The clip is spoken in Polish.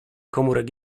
komórek